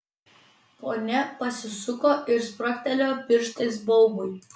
ponia pasisuko ir spragtelėjo pirštais baubui